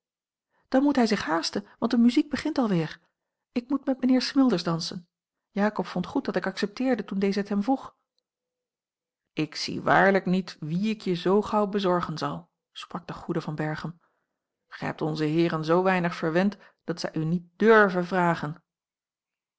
dan moet hij zich haasten want de muziek begint alweer ik moet met mijnheer smilders dansen jakob vond goed dat ik accepteerde toen deze het hem vroeg ik zie waarlijk niet wie ik je zoo gauw bezorgen zal sprak de goede van berchem gij hebt onze heeren zoo weinig verwend dat zij u niet durven vragen